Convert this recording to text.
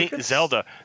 Zelda